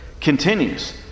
continues